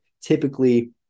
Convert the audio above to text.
typically